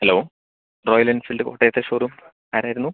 hello Royal Enfield കോട്ടയത്തെ showroom ആരായിരുന്നു